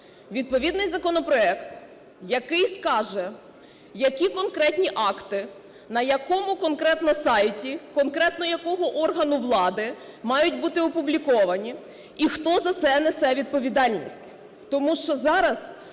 відповідний законопроект, який скаже, які конкретні акти на якому конкретно сайті конкретно якого органу влади мають бути опубліковані і хто за це несе відповідальність. Тому що зараз